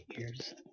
ears